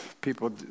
people